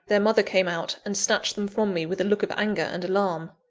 their mother came out, and snatched them from me with a look of anger and alarm.